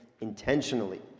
intentionally